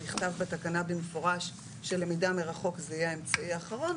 נכתב בתקנה במפורש שלמידה מרחוק היא האמצעי האחרון,